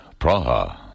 Praha